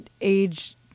age